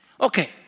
Okay